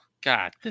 God